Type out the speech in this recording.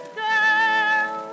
girl